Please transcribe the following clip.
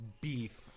beef